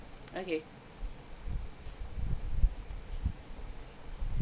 okay